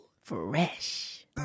fresh